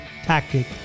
tactic